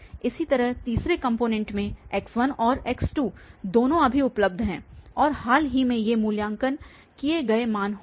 इसी तरह तीसरे कॉम्पोनेंट में x1 और x2 दोनों अभी उपलब्ध हैं और हाल ही में ये मूल्यांकन किए गए मान होंगे